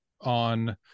on